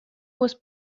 was